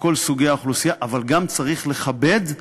לכל סוגי האוכלוסייה, אבל גם צריך לכבד,